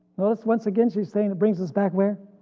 notice once again she's saying it brings us back we're?